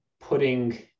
putting